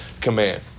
command